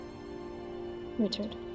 Richard